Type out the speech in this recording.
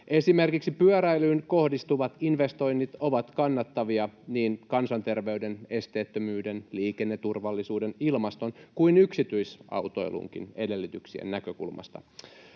Esimerkiksi pyöräilyyn kohdistuvat investoinnit ovat kannattavia niin kansanterveyden, esteettömyyden, liikenneturvallisuuden, ilmaston kuin yksityisautoilunkin edellytyksien näkökulmasta.